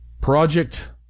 project